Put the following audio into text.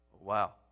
Wow